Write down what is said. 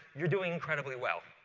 you're doing incredibly well.